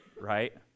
Right